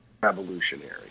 revolutionary